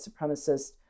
supremacists